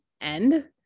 end